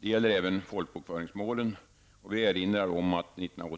Det gäller även folkbokföringsmålen, och vi erinrar om att även den